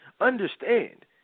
understand